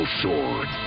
sword